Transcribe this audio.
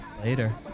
Later